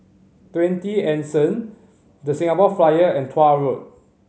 Twenty Anson The Singapore Flyer and Tuah Road